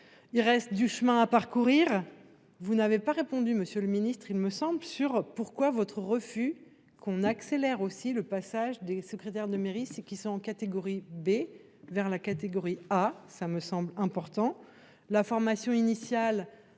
Il reste du chemin à parcourir. Vous n'avez pas répondu monsieur le ministre, il me semble sur pourquoi votre refus qu'on accélère aussi le passage des secrétaires de mairie, c'est qu'ils sont en catégorie B vers la catégorie. Ah ça me semble important. La formation initiale.